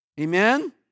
Amen